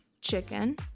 chicken